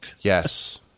yes